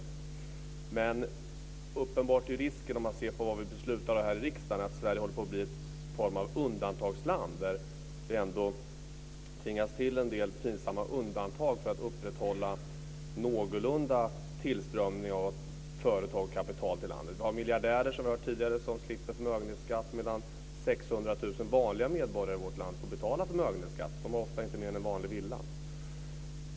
Om man ser på vad vi beslutar här i riksdagen finns det en uppenbar risk att Sverige håller på att bli någon form av undantagsland där vi tvingas till en del pinsamma undantag för att upprätthålla en någorlunda tillströmning av företag och kapital till landet. Vi har tidigare hört att vi har miljardärer som slipper förmögenhetsskatt, medan 600 000 vanliga medborgare i vårt land får betala förmögenhetsskatt. De har ofta inte mer än en vanlig villa.